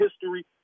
history